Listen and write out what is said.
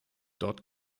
dort